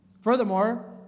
Furthermore